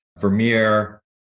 Vermeer